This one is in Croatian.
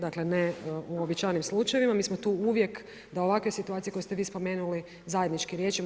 Dakle, neuobičajenim slučajevima, mi smo tu uvijek da ovakve situacije koje ste vi spomenuli zajednički riješimo.